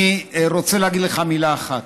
אני רוצה להגיד לך מילה אחת: